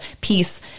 peace